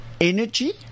energy